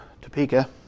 Topeka